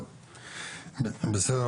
טוב, בסדר.